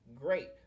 great